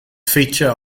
feature